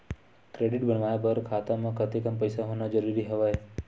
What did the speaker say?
Credit बनवाय बर खाता म कतेकन पईसा होना जरूरी हवय?